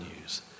news